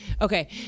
Okay